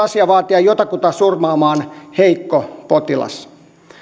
asia vaatia jotakuta surmaamaan heikko potilas